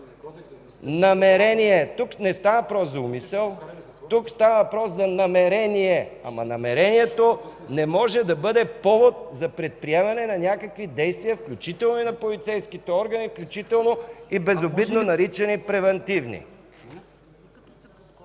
МИКОВ: Тук не става въпрос за умисъл. Тук става въпрос за намерение. Ама намерението не може да бъде повод за предприемане на някакви действия, включително и на полицейските органи, включително и безобидно наричани „превантивни”.